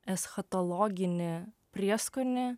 eschatologinį prieskonį